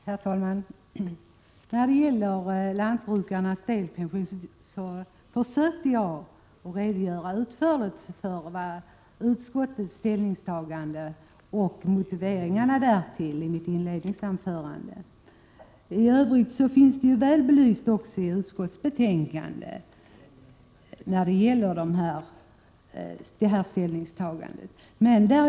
Herr talman! När det gäller lantbrukarnas delpension försökte jag i mitt inledningsanförande redogöra utförligt för utskottets ställningstagande och motiveringarna därtill. I övrigt finns ställningstagandet väl belyst också i utskottsbetänkandet.